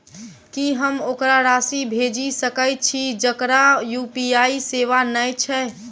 की हम ओकरा राशि भेजि सकै छी जकरा यु.पी.आई सेवा नै छै?